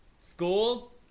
School